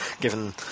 given